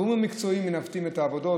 הגורמים המקצועיים מנווטים את העבודות,